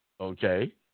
Okay